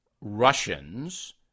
Russians